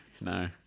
no